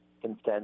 consensus